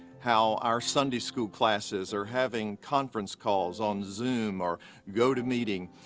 how our sunday school classes are having conference calls on zoom or gotomeeting.